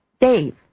dave